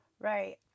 Right